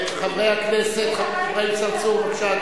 חבר הכנסת השיח' אברהים צרצור, בבקשה,